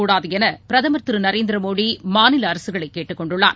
கூடாதுஎனபிரதமர் திருநரேந்திரமோடிமாநிலஅரசுகளைகேட்டுக்கொண்டுள்ளார்